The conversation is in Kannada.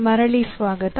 ಮರಳಿ ಸ್ವಾಗತ